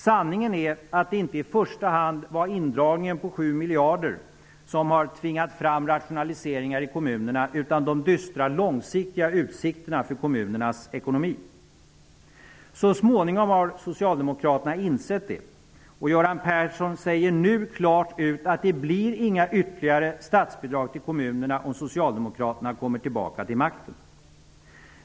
Sanningen är att det inte i första hand var indragningen på 7 miljarder som har tvingat fram rationaliseringar i kommunerna, utan de dystra långsiktiga utsikterna för kommunernas ekonomi. Så småningom har Socialdemokraterna insett detta. Göran Persson säger nu rakt ut att det inte blir några ytterligare statsbidrag till kommunerna om Socialdemokraterna kommer tillbaka till makten.